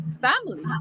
family